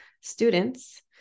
students